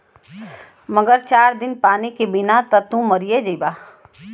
मगर चार दिन पानी के बिना त तू मरिए जइबा